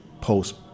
post